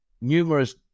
numerous